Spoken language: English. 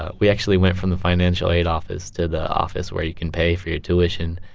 ah we actually went from the financial aid office to the office where you can pay for your tuition.